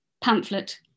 pamphlet